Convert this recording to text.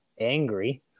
angry